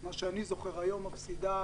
מה שאני זוכר, היום מפסידה